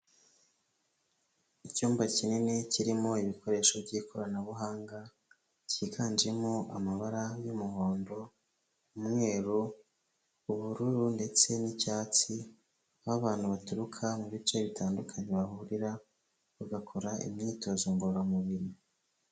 Icyumba kinini kirimo ibikoresho by'ikoranabuhanga byiganjemo amabara y'umuhondo, umweru, ubururu ndetse nicyatsi, aho abantu baturuka mu bice bitandukanye bahurira bagakora imyitozo ngororamubiri.